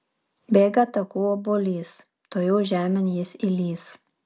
bėga taku obuolys tuojau žemėn jis įlįs